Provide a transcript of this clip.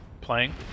playing